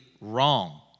wrong